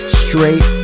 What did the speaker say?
straight